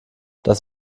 das